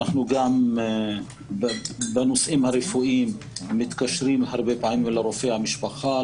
אנחנו גם בנושאים הרפואיים מתקשרים הרבה פעמים לרופא המשפחה,